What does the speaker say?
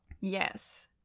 yes